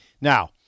Now